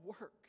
work